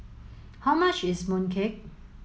how much is mooncake